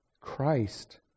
Christ